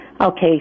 Okay